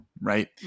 right